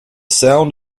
sound